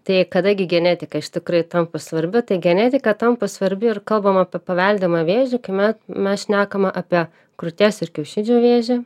tai kada gi genetika iš tikrai tampa svarbi tai genetika tampa svarbi ir kalbam apie paveldimą vėžį kai me mes šnekame apie krūties ir kiaušidžių vėžį